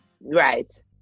Right